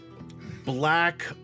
black